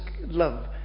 love